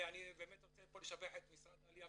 ואני באמת רוצה פה לשבח את משרד העלייה